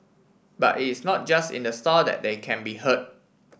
but it's not just in the store that they can be heard